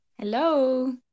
Hello